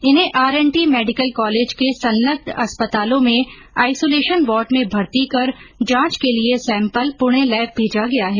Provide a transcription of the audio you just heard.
इन्हें RNT medical college के संलग्न अस्पतालों में आईसुलेशन वार्ड में भर्ती कर जांच के लिए सैम्पल पुणे लैब भेजा गया है